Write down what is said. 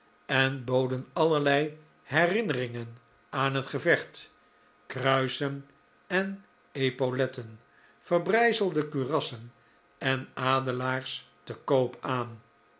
en boden allerlei herinneringen aan het gevecht k r uisen en epauletten verbrijzelde kurassen en adelaars te koop aan